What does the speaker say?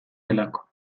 delako